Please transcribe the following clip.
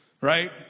right